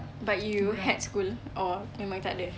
but you had school or memang takde